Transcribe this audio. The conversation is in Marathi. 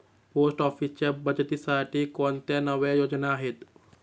पोस्ट ऑफिसच्या बचतीसाठी कोणत्या नव्या योजना आहेत?